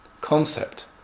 concept